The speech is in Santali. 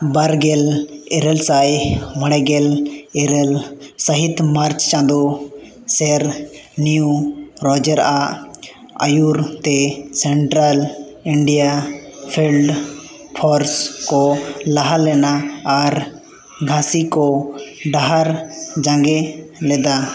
ᱵᱟᱨᱜᱮᱞ ᱤᱨᱟᱹᱞ ᱥᱟᱭ ᱢᱚᱬᱮ ᱜᱮᱞ ᱤᱨᱟᱹᱞ ᱥᱟᱹᱦᱤᱛ ᱢᱟᱨᱪ ᱪᱟᱸᱫᱳ ᱥᱮᱨ ᱱᱤᱭᱩ ᱨᱳᱡᱮᱨ ᱟᱜ ᱟᱹᱭᱩᱨ ᱛᱮ ᱥᱮᱱᱴᱨᱟᱞ ᱤᱱᱰᱤᱭᱟ ᱯᱷᱤᱞᱰ ᱯᱷᱳᱨᱥ ᱠᱚ ᱞᱟᱦᱟ ᱞᱮᱱᱟ ᱟᱨ ᱡᱷᱟᱸᱥᱤ ᱠᱚ ᱰᱟᱦᱟᱨ ᱡᱟᱸᱜᱮ ᱞᱮᱫᱟ